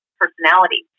personality